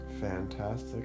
fantastic